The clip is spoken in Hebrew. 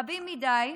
רבים מדי,